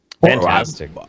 Fantastic